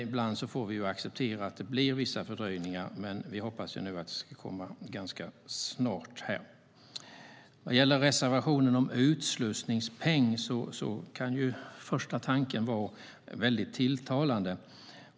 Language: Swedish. Ibland får vi acceptera att det blir vissa fördröjningar, men vi hoppas att det ska komma något ganska snart. Vad gäller reservationen om utslussningspeng kan den vid första tanken vara tilltalande.